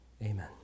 Amen